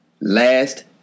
Last